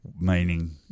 Meaning